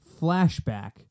flashback